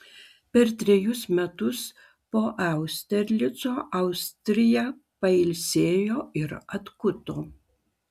per trejus metus po austerlico austrija pailsėjo ir atkuto